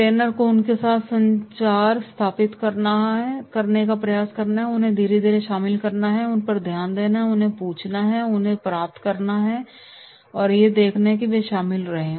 trainer को उनके साथ संचार स्थापित करने का प्रयास करना चाहिए उन्हें धीरे धीरे शामिल करना चाहिए उन पर ध्यान देना उनसे पूछना और फिर उन्हें प्राप्त करना है कि वे शामिल हो रहे हैं